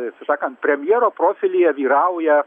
tiesą sakant premjero profilyje vyrauja